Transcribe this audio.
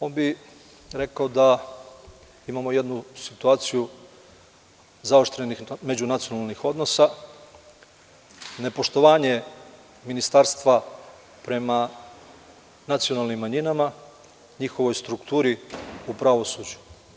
On bi rekao da imamo jednu situaciju zaoštrenih međunacionalnih odnosa, nepoštovanje ministarstva prema nacionalnim manjinama, njihovoj strukturi u pravosuđu.